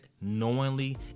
knowingly